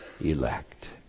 elect